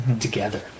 together